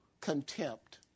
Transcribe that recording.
contempt